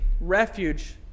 refuge